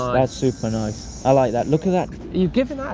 that's super nice. i like that, look at that. you giving that